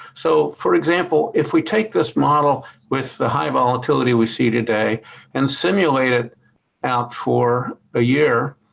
so, for example, if we take this model with the high volatility we see today and simulate it out for a year,